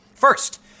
First